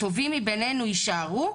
הטובים מביננו יישארו.